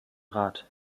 rat